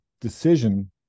decision